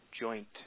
joint